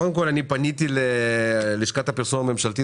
קודם כל פניתי ללשכת הפרסום הממשלתית